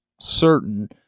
certain